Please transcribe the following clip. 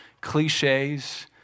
cliches